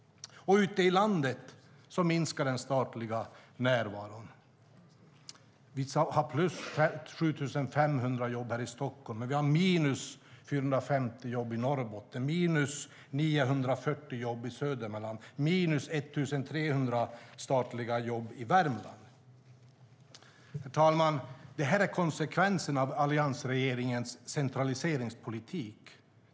Ute i landet minskar den statliga närvaron. Vi har plus 7 500 jobb här i Stockholm, men vi har minus 450 jobb i Norrbotten, minus 940 jobb i Södermanland och minus 1 300 statliga jobb i Värmland. Herr talman! Det här är konsekvensen av alliansregeringens centraliseringspolitik.